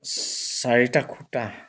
চাৰিটা খুটা